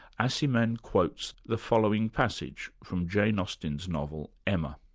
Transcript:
aciman quotes the following passage from jane austen's novel, emma.